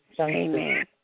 Amen